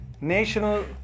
National